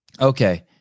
Okay